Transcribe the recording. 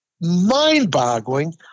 mind-boggling